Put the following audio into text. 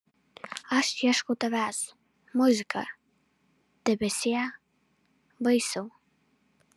aš ieškau tavęs muzika debesie vaisiau